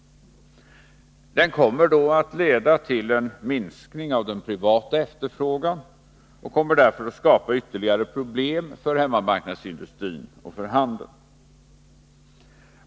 Den kommer då att leda till en minskning av den privata efterfrågan och kommer därför att skapa ytterligare problem för hemmamarknadsindustrin och för handeln.